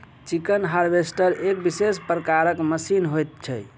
chicken harvester एक विशेष प्रकारक मशीन होइत छै